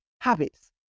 habits